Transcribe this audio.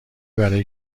برای